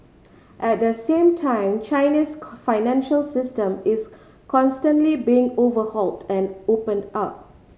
at the same time China's financial system is constantly being overhauled and opened up